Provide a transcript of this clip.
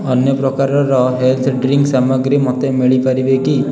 ଅନ୍ୟ ପ୍ରକାରର health drink ସାମଗ୍ରୀ ମୋତେ ମିଳିପାରିବେ କି